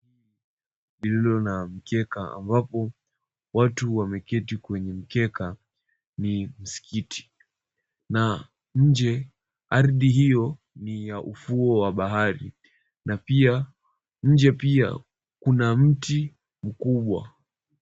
Lililo na mkeka, ambapo watu wameketi kwenye mkeka ni msikiti na nje ardhi hiyo ni ya ufuo wa bahari na pia nje pia kuna mti mkubwa.